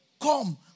come